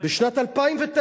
בשנת 2009,